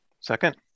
Second